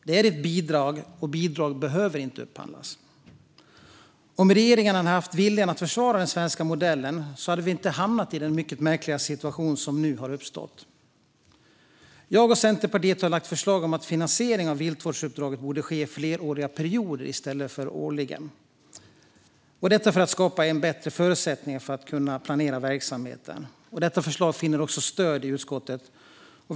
Det är ett bidrag, och bidrag behöver inte upphandlas. Om regeringen hade haft viljan att försvara den svenska modellen skulle vi inte ha hamnat i den mycket märkliga situation som nu har uppstått. Jag och Centerpartiet har lagt förslag om att finansieringen av viltvårdsuppdraget borde ske i fleråriga perioder i stället för årligen. Det skulle skapa bättre förutsättningar att kunna planera verksamheten. Detta förslag finner också stöd i utskottet.